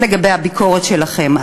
לגבי הביקורת שלכם,